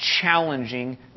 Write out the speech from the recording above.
challenging